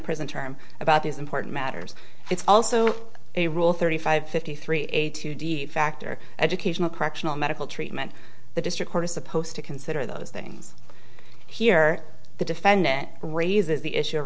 prison term about these important matters it's also a rule thirty five fifty three a two d factor educational correctional medical treatment the district court is supposed to consider those things here the defendant raises the issue